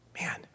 Man